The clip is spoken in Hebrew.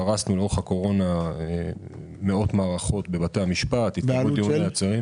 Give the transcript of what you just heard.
פרסנו לאורך הקורונה מאות מערכות בבתי המשפט --- בעלות של?